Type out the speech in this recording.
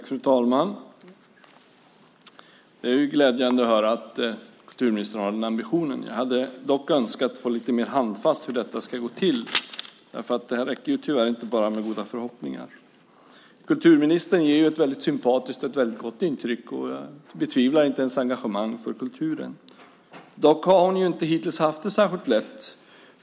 Fru talman! Det är glädjande att höra att kulturministern har den ambitionen. Jag hade dock önskat få lite mer handfasta besked om hur detta ska gå till. Här räcker det tyvärr inte med bara goda föresatser. Kulturministern ger ett väldigt sympatiskt och gott intryck, och jag betvivlar inte hennes engagemang för kulturen. Dock har hon ju hittills inte haft det särskilt lätt.